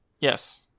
Yes